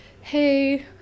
hey